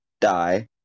die